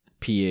PA